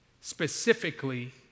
Specifically